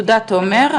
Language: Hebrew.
תודה, תומר.